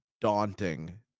daunting